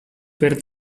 per